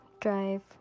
drive